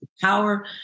Power